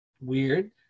weird